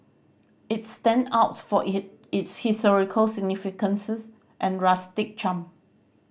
it stand outs for its historical significance's and rustic charm